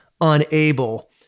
unable